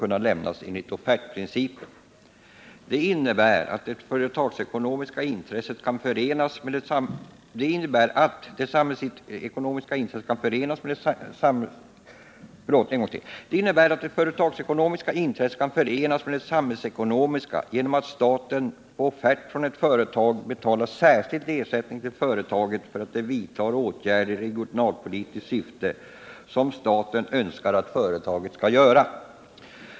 Där står det på s. 3: 77:296). Det innebär att det företagsekonomiska intresset kan förenas med det samhällsekonomiska genom att staten på offert från ett företag betalar särskild ersättning till företaget för att det vidtar åtgärder i regionalpolitiskt syfte, som staten önskar att företaget skall göra.